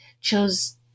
chose